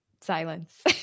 Silence